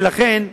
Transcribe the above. ולכן,